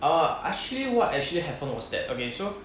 orh actually what actually happen was that okay so